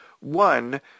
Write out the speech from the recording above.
One